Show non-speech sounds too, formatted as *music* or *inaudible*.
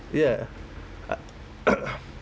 ya I *noise*